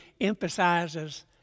emphasizes